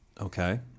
Okay